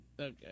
Okay